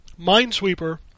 Minesweeper